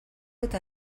eta